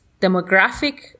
Demographic